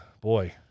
boy